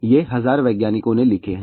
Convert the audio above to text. ये 1000 वैज्ञानिकों ने लिखे हैं